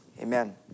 amen